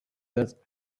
that